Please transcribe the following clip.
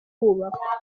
kubakwa